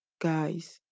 guys